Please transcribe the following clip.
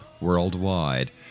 worldwide